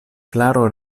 klaro